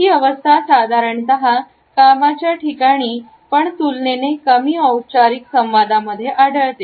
ही अवस्था साधारणतः कामाच्या ठिकाणी पण तुलनेने कमी औपचारिक संवादामध्ये आढळते